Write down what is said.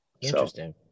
interesting